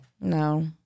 No